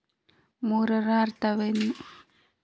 ಮೂರರ ಅರ್ಥವೇನು?